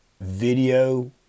video